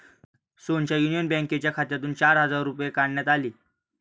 सोहनच्या युनियन बँकेच्या खात्यातून चार हजार रुपये काढण्यात आले